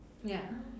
ya